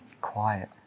Quiet